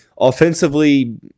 Offensively